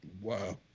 wow